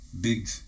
big